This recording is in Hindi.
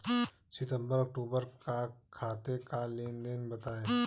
सितंबर अक्तूबर का खाते का लेनदेन बताएं